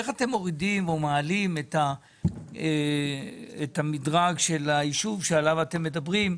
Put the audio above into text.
איך אתם מורידים או מעלים את המדרג של היישוב שעליו אתם מדברים?